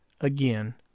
again